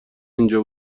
اینجا